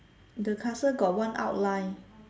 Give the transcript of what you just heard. the castle got one outline